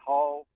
Hall